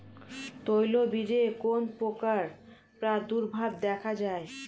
তৈলবীজে কোন পোকার প্রাদুর্ভাব দেখা যায়?